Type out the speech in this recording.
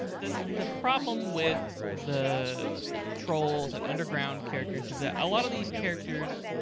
the the problem with the trolls and underground characters is that a lot of these characters,